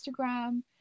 instagram